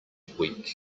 weak